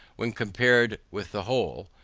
when compared with the whole,